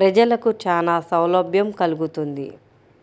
ప్రజలకు చానా సౌలభ్యం కల్గుతుంది